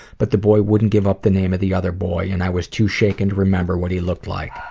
but the boy wouldn't give up the name of the other boy, and i was too shaken to remember what he looked like.